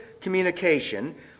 communication